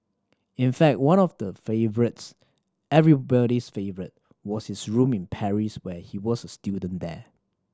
in fact one of the favourites everybody's favourite was his room in Paris when he was a student there